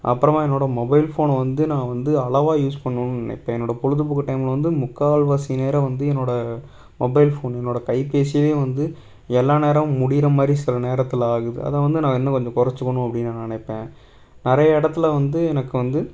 அப்புறமா என்னோடய மொபைல் ஃபோனை வந்து நான் வந்து அளவாக யூஸ் பண்ணணுன்னு நினைப்பேன் என்னோடய பொழுதுபோக்கு டைமில் வந்து முக்கால்வாசி நேரம் வந்து என்னோடய மொபைல் ஃபோன் என்னோடய கைபேசியே வந்து எல்லா நேரமும் முடிகிற மாதிரி சில நேரத்தில் ஆகுது அதை வந்து நான் இன்னும் கொஞ்சம் குறச்சிக்கணும் அப்படின்னு நான் நினைப்பேன் நிறைய இடத்துல வந்து எனக்கு வந்து